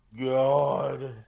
God